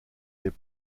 les